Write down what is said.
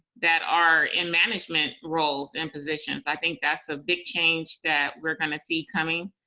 that are in management roles and positions, i think that's a big change that we're gonna see coming,